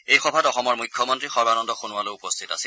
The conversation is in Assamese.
এই সভাত অসমৰ মৃখ্যমন্ত্ৰী সৰ্বানন্দ সোণোৱালো উপস্থিত আছিল